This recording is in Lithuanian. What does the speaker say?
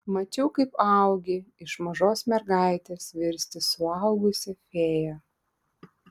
mačiau kaip augi iš mažos mergaitės virsti suaugusia fėja